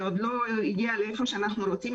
זה עוד לא הגיע לאן שאנחנו רוצים.